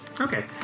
Okay